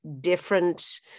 different